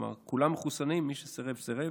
כלומר, כולם מחוסנים, מי שסירב, סירב.